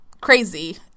crazy